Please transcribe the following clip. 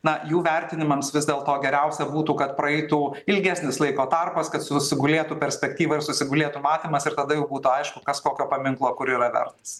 na jų vertinimams vis dėlto geriausia būtų kad praeitų ilgesnis laiko tarpas kad susigulėtų perspektyva ir susigulėtų matymas ir tada jau būtų aišku kas kokio paminklo kur yra vertas